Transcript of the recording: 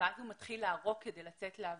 אז הוא מתחיל לערוק כדי לצאת לעבוד.